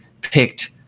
picked